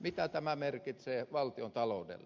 mitä tämä merkitsee valtiontaloudelle